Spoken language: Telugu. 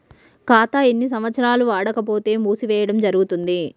ఖాతా ఎన్ని సంవత్సరాలు వాడకపోతే మూసివేయడం జరుగుతుంది?